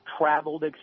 traveled